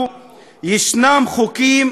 ישנם חוקים רודניים,